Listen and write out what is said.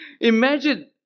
Imagine